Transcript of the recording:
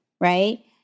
right